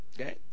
okay